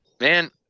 man